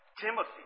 Timothy